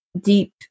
deep